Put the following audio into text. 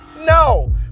no